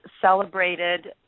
celebrated